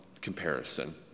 comparison